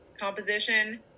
composition